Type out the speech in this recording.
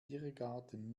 irrgarten